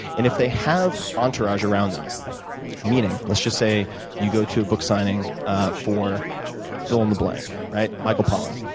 and if they have entourage around them meaning, let's just say you go to a book signing for fill-in the blank, right? michael pollan.